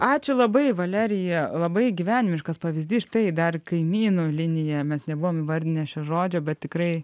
ačiū labai valerija labai gyvenimiškas pavyzdys štai dar kaimynų linija mes nebuvom vardinę šio žodžio bet tikrai